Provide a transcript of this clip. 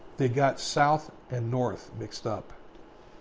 they got south and north mixed up.